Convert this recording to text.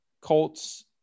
Colts